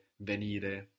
venire